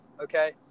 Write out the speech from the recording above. okay